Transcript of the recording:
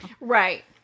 Right